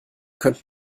könnt